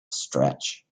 stretch